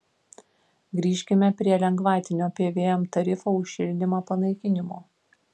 grįžkime prie lengvatinio pvm tarifo už šildymą panaikinimo